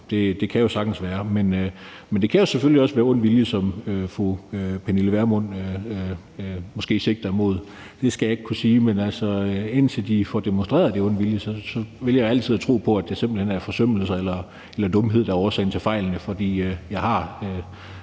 Det kan jo sagtens være. Men det kan jo selvfølgelig også være af ond vilje, sådan som fru Pernille Vermund måske sigter imod. Det skal jeg ikke kunne sige, men indtil de får demonstreret, at det er af ond vilje, så vil jeg altid tro på, at det simpelt hen er forsømmelser eller dumhed, der er årsagen til fejlene. For jeg har